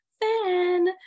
fan